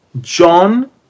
John